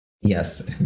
Yes